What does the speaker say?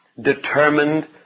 Determined